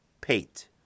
Pate